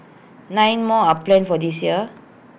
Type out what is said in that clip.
nine more are planned for this year